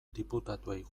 diputatuei